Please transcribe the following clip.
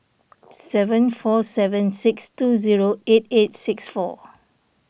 seven four seven six two zero eight eight six four